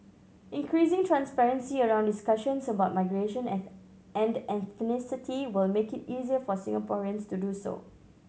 increasing transparency around discussions about migration and and ethnicity will make it easier for Singaporeans to do so